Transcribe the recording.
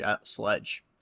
Sledge